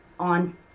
on